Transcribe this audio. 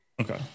Okay